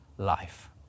life